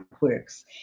works